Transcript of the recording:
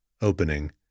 Opening